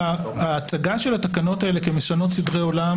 ההצגה של התקנות האלה כמשנות סדרי עולם